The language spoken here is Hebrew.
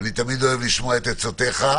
אני תמיד אוהב לשמוע את עצותיך.